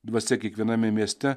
dvasia kiekviename mieste